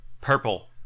purple